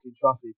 traffic